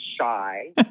shy